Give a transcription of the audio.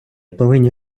повинні